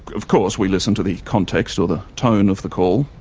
of course, we listen to the context or the tone of the call.